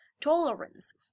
tolerance